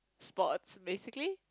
sports basically